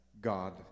God